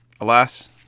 Alas